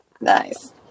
Nice